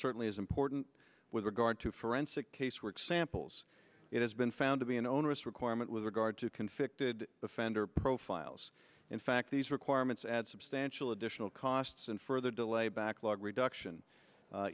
certainly is important with regard to friends casework samples it has been found to be an onerous requirement with regard to conflicted offender profiles in fact these requirements add substantial additional costs and further delay backlog reduction